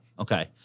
Okay